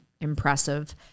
impressive